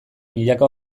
milaka